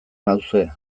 nauzue